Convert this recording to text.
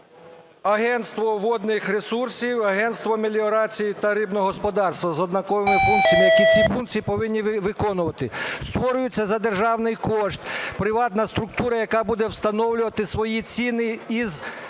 агентство водних ресурсів, агентство меліорації та рибного господарства з однаковими функціями, які ці функції повинні виконувати. Створюється за державний кошт приватна структура, яка буде встановлювати свої ціни із стелі,